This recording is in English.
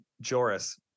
Joris